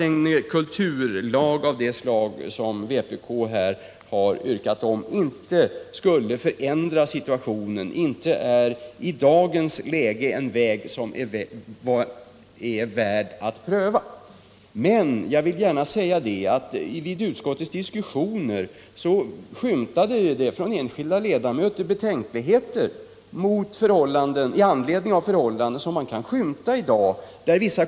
En kulturlag, som vpk här yrkar på, skulle inte förändra situationen och är inte en väg som det i dagens läge är värt att pröva. När utskottet diskuterade den här frågan framträdde vissa betänkligheter från enskilda ledamöters sida mot ett förhållande som skymtar i vissa kommuner.